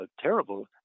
terrible